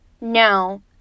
no